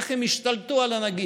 איך הן השתלטו על הנגיף,